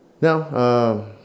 No